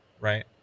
right